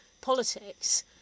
politics